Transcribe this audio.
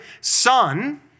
son